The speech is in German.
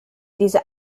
diese